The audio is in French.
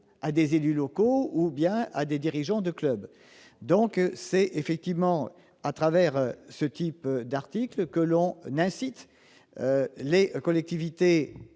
à des élus locaux ou à des dirigeants de club. C'est à travers ce type d'articles que l'on incite les collectivités